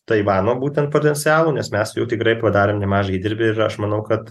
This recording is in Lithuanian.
taivano būtent potencialu nes mes jau tikrai padarėm nemažą įdirbį ir aš manau kad